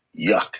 yuck